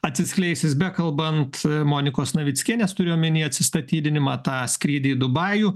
atsiskleis jis bekalbant monikos navickienės turiu omeny atsistatydinimą tą skrydį į dubajų